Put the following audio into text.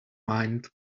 mind